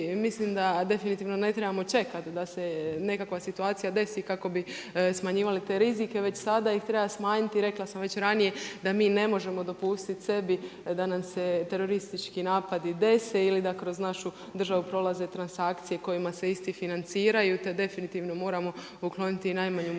mislim da definitivno ne trebamo čekati da se nekakva situacija desi kako bi smanjivali te rizike, već sada ih treba smanjiti. Rekla sam već ranije, da mi ne možemo dopustiti sebi da nam se teroristički napadi dese, ili da kroz našu državu prolaze transakcije kojima se isti financiraju, to definitivno ukloniti i najmanju mogućnost